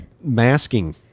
masking